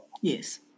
Yes